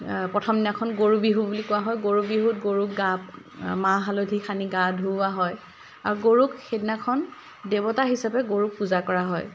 প্ৰথম দিনাখন গৰুবিহু বুলি কোৱা হয় গৰুবিহুত গৰুক গা মাহ হালধি সানি গা ধুওৱা হয় আৰু গৰুক সেইদিনাখন দেৱতা হিচাপে গৰুক পূজা কৰা হয়